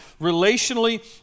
relationally